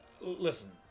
Listen